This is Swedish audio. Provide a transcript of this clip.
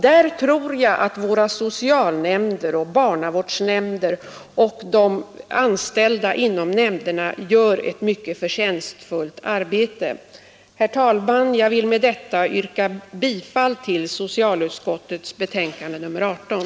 Där tror jag att våra socialnämnder och barnavårdsnämnder och de anställda hos nämnderna gör ett mycket förtjänst fullt arbete. Herr talman! Jag vill med detta yrka bifall till socialutskottets hemställan i betänkandet nr 18.